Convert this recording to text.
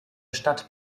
stadt